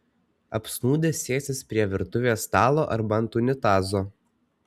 apsnūdę sėsis prie virtuvės stalo arba ant unitazo